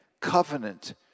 covenant